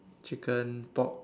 chicken pork